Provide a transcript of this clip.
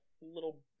little